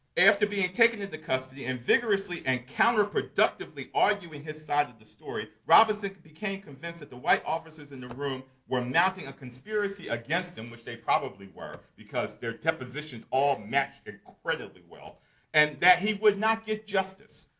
after being taken into custody and vigorously and counter-productively arguing his side of the story, robinson became convinced that the white officers in the room were mounting a conspiracy against him which they probably were, because their depositions all matched incredibly well and that he would not get justice.